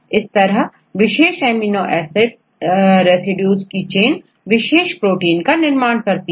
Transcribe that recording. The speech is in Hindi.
इस तरह विशेष एमिनो एसिड्स रेसिड्यू की चेन विशेष प्रोटीन का निर्माण करती है